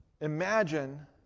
Imagine